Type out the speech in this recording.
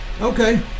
Okay